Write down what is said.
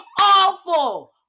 awful